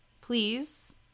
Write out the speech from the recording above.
please